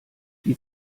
die